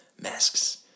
Masks